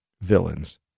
villains